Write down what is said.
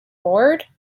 bored